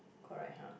correct !huh!